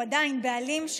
הוא עדיין בעלים,